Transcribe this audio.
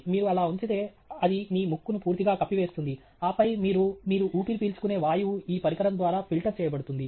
మీరు అలా ఉంచితే అది మీ ముక్కును పూర్తిగా కప్పివేస్తుంది ఆపై మీరు మీరు ఊపిరి పీల్చుకునే వాయువు ఈ పరికరం ద్వారా ఫిల్టర్ చేయబడుతుంది